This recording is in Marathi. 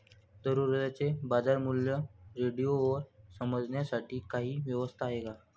दररोजचे बाजारमूल्य रेडिओवर समजण्यासाठी काही व्यवस्था आहे का?